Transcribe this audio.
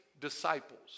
disciples